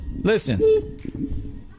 Listen